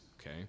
okay